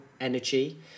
energy